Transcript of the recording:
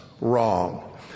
wrong